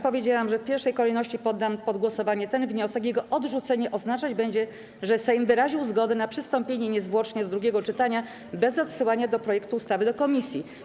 Powiedziałam, że w pierwszej kolejności poddam pod głosowanie ten wniosek, a jego odrzucenie oznaczać będzie, że Sejm wyraził zgodę na przystąpienie niezwłocznie do drugiego czytania bez odsyłania projektu ustawy do komisji.